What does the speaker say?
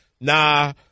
Nah